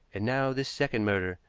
and now this second murder!